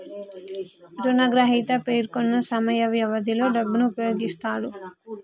రుణగ్రహీత పేర్కొన్న సమయ వ్యవధిలో డబ్బును ఉపయోగిస్తాడు